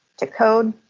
to code,